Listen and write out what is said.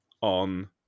on